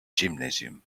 gymnasium